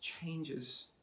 changes